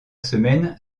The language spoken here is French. semaine